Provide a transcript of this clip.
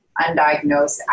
undiagnosed